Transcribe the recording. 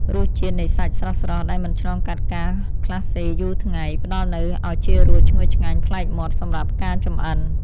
រសជាតិនៃសាច់ស្រស់ៗដែលមិនឆ្លងកាត់ការក្លាសេយូរថ្ងៃផ្ដល់នូវឱជារសឈ្ងុយឆ្ងាញ់ប្លែកមាត់សម្រាប់ការចម្អិន។